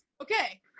okay